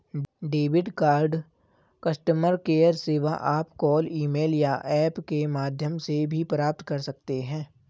debit card customer care सेवा आप call email या ऐप के माध्यम से भी प्राप्त कर सकते हैं